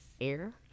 Air